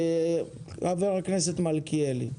ח"כ מלכיאלי בבקשה.